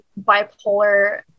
bipolar